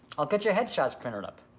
i'll get your head shots printed up,